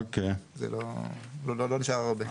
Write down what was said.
לא נשאר הרבה.